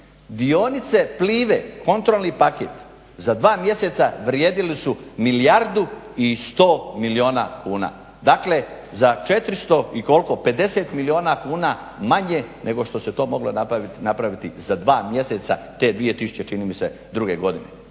Dionice Plive kontrolni paket za dva mjeseca vrijedili su milijardu i 100 milijuna kuna, dakle za 400 i koliko 50 milijuna kuna manje nego što se to moglo napraviti za dva mjeseca te 2000.čini mi se druge godine.